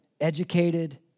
educated